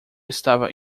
estava